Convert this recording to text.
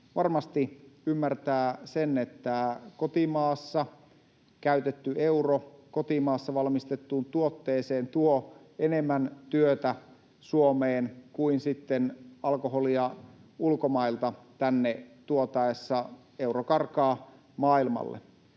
varmasti ymmärtää sen, että kotimaassa käytetty euro kotimaassa valmistettuun tuotteeseen tuo enemmän työtä Suomeen, kun sitten alkoholia ulkomailta tänne tuotaessa euro karkaa maailmalle.